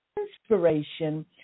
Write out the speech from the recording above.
inspiration